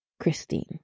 Christine